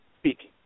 speaking